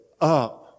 up